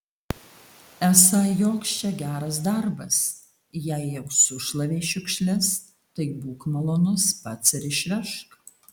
esą joks čia geras darbas jei jau sušlavei šiukšles tai būk malonus pats ir išvežk